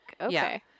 Okay